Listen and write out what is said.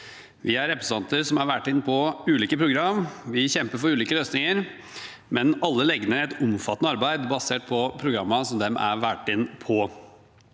Vi er representanter som er valgt inn på ulike program, vi kjemper for ulike løsninger, men alle legger ned et omfattende arbeid basert på programmene som de er valgt inn på.